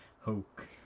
Hulk